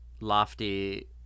lofty